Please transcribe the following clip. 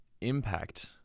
impact